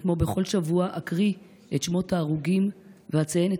וכמו בכל שבוע אקריא את שמות ההרוגים ואציין את